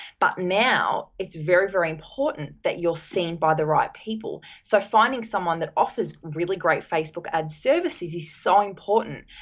but now, it's very very important that you're seen by the right people. so, finding someone that offers really great facebook ad services is so important.